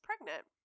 pregnant